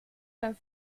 beim